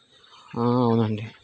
అవునండి